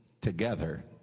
together